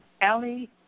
Allie